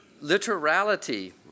Literality